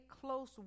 close